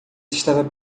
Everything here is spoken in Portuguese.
estava